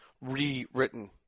rewritten